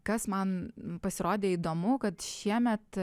kas man pasirodė įdomu kad šiemet